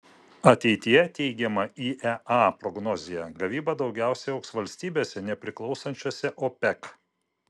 ateityje teigiama iea prognozėje gavyba daugiausiai augs valstybėse nepriklausančiose opec